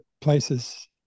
places